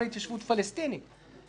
ההתייחסות המשפטית גם של היועץ המשפטי לממשלה,